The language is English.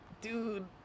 dude